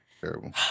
Terrible